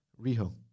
Riho